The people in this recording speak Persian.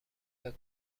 فکر